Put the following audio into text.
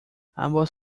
ambos